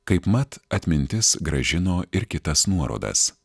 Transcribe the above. kaipmat atmintis grąžino ir kitas nuorodas